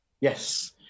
Yes